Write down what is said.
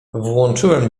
włączyłem